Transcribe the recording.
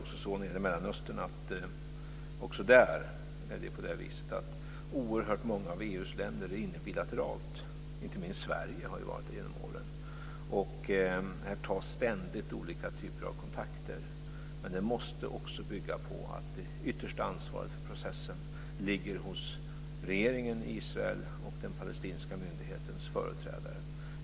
Också i Mellanöstern är oerhört många av EU:s länder med bilateralt, inte minst Sverige har varit det genom åren. Här tas ständigt olika typer av kontakter. Detta måste bygga på att det yttersta ansvaret för processen ligger hos regeringen Israel och den palestinska myndighetens företrädare.